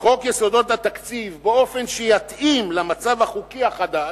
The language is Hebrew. חוק יסודות התקציב באופן שיתאים למצב החוקי החדש,